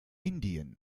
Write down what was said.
indien